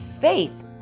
faith